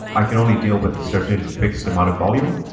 i can only deal with a certain fixed amount of volume.